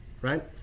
right